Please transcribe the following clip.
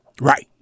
Right